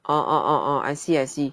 oh oh oh I see I see